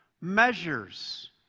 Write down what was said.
measures